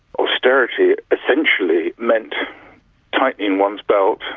austerity essentially meant tightening one's belt,